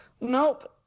Nope